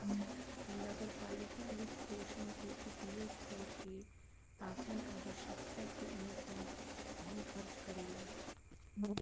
नगर पालिका वित्तपोषण के उपयोग क के आपन आवश्यकता के अनुसार धन खर्च करेला